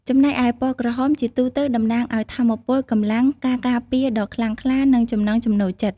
ចំណែកឯ ពណ៌ក្រហមជាទូទៅតំណាងឱ្យ ថាមពល កម្លាំង ការការពារដ៏ខ្លាំងក្លា និងចំណង់ចំណូលចិត្ត។